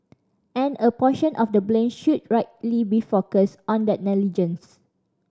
and a portion of the blame should rightly be focused on that negligence